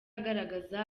agaragaza